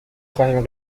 خواهیم